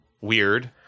weird